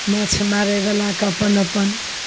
माँछ मारैबला कऽ अपन अपन